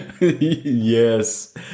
yes